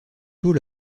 tôt